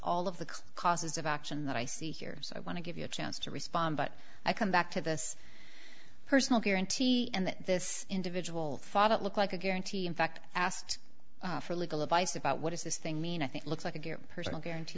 all of the causes of action that i see here so i want to give you a chance to respond but i come back to this personal guarantee that this individual thought it looked like a guarantee in fact asked for legal advice about what is this thing mean i think looks like a good personal guarantee